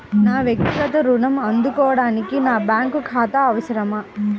నా వక్తిగత ఋణం అందుకోడానికి నాకు బ్యాంక్ ఖాతా అవసరమా?